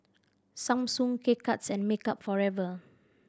Samsung K Cuts and Makeup Forever